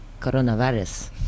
coronavirus